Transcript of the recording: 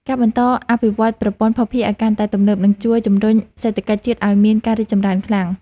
ការបន្តអភិវឌ្ឍន៍ប្រព័ន្ធភស្តុភារឱ្យកាន់តែទំនើបនឹងជួយជំរុញសេដ្ឋកិច្ចជាតិឱ្យមានការរីកចម្រើនខ្លាំង។